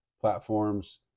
platforms